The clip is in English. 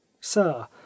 Sir